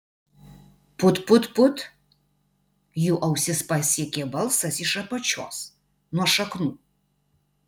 put put put jų ausis pasiekė balsas iš apačios nuo šaknų